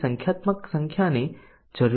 આ ખોટું બને છે અને આ બંનેએ તેને સાચું રાખ્યું છે